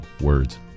words